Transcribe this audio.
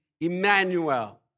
Emmanuel